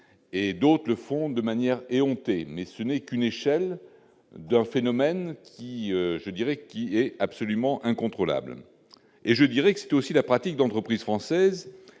et d'autres le font de manière éhontée mais ce n'est qu'une échelle d'un phénomène qui, je dirais qu'il est absolument incontrôlable et je dirais que c'est aussi la pratique d'entreprises françaises,